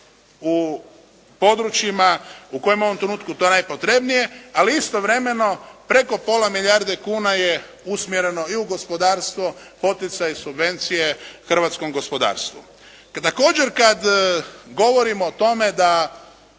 u područjima u kojima je u ovom trenutku to najpotrebnije, ali istovremeno preko pola milijarde kuna je usmjereno i u gospodarstvo, poticaje, subvencije hrvatskom gospodarstvu. Također kad govorimo o tome da